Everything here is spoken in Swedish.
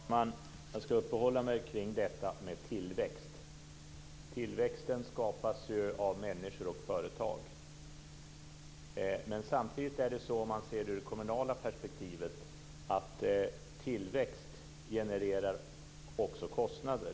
Fru talman! Jag ska uppehålla mig kring frågan om tillväxt. Tillväxten skapas ju av människor och företag. Om man ser det ur kommunalt perspektiv genererar tillväxt också kostnader.